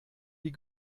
die